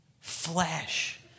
Flesh